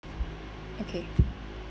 okay